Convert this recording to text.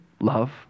love